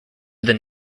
than